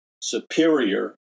superior